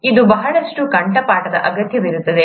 ಇದು ಬಹಳಷ್ಟು ಕಂಠಪಾಠದ ಅಗತ್ಯವಿರುತ್ತದೆ